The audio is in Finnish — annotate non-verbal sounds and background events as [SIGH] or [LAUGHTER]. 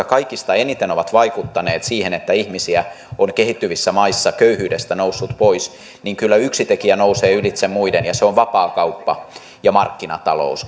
[UNINTELLIGIBLE] kaikista eniten ovat vaikuttaneet siihen että ihmisiä on kehittyvissä maissa köyhyydestä noussut pois niin kyllä yksi tekijä nousee ylitse muiden ja se on vapaakauppa ja markkinatalous [UNINTELLIGIBLE]